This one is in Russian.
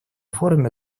форуме